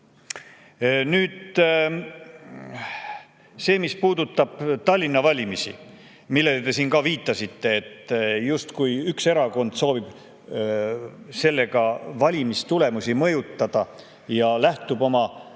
[sidumist]. Mis puudutab Tallinna valimisi, millele te siin viitasite, justkui üks erakond sooviks sellega valimistulemusi mõjutada ja lähtuks oma